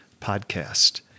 podcast